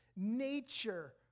Nature